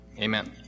Amen